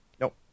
Nope